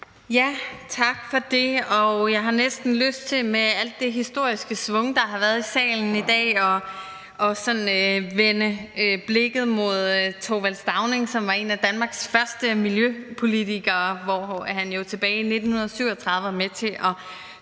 Tak for det. Jeg har næsten lyst til med alt det historiske schwung, der har været i salen i dag, at vende blikket mod Thorvald Stauning, som var en af Danmarks første miljøpolitikere, og som jo tilbage i 1937 var med til at